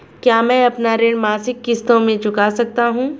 क्या मैं अपना ऋण मासिक किश्तों में चुका सकता हूँ?